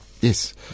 Yes